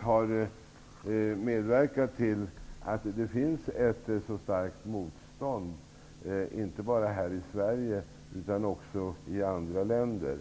har medverkat till att det finns ett så starkt motstånd inte bara här i Sverige utan också i andra länder.